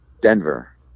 Denver